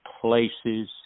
places